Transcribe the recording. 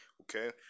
okay